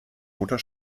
mutter